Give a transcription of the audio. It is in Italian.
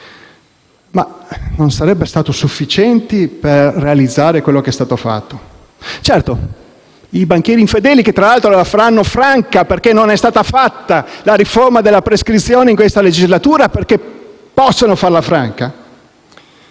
Ma non sarebbero stati sufficienti per realizzare quello che è stato fatto. I banchieri infedeli la faranno franca, perché non è stata fatta la riforma della prescrizione in questa legislatura affinché possano farla franca.